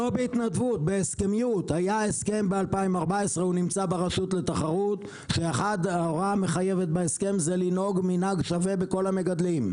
עוד משהו שלי ברור הוא שכולנו פה רוצים את טובת החקלאים.